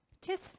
tis